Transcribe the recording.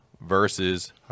versus